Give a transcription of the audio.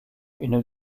une